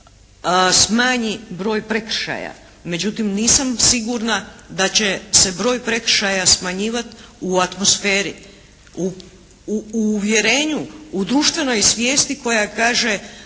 smanji broj prekršaja. Međutim, nisam sigurna da će se broj prekršaja smanjivati u atmosferi, u uvjerenju, u društvenoj svijesti koja kaže